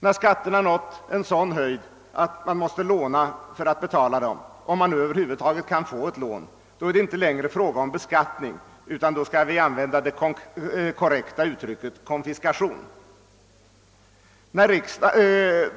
När skatterna nått en sådan höjd, att man måste låna för att betala dem — om man nu över huvud taget kan få ett lån — är det inte längre fråga om beskattning, utan då är det korrekta uttrycket konfiskation.